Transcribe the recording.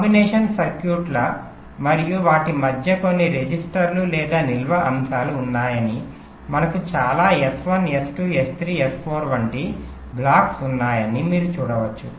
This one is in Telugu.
కాంబినేషన్ సర్క్యూట్లు మరియు వాటి మధ్య కొన్ని రిజిస్టర్లు లేదా నిల్వ అంశాలు ఉన్నాయని మనకు చాలా S1 S2 S3 S4 వంటి బ్లాక్స్ ఉన్నాయని మీరు చూడవచ్చు